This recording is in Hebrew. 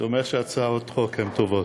זה אומר שהצעות החוק הן טובות.